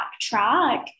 backtrack